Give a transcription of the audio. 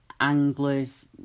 anglers